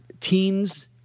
teens